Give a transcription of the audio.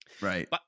right